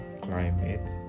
climate